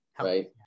right